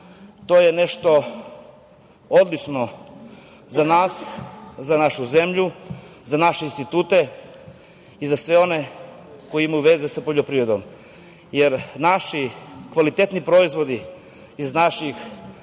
to je nešto odlično za nas, za našu zemlju, za naše institute i za sve one koji imaju veze sa poljoprivredom, jer naši kvalitetni proizvodi iz naših